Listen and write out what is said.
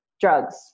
drugs